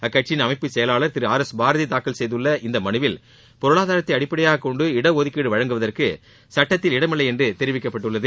அக்கட்சியிள் அமைப்பு செயலாளர் திரு ஆர் எஸ் பாரதி தாக்கல் செய்துள்ள இந்த மனுவில் பொருளாதாரத்தை அடிப்படையாக கொண்டு இட ஒதுக்கீடு வழங்குவதற்கு சட்டத்தில் இடமில்லை என்று தெரிவிக்கப்பட்டுள்ளது